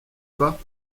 pas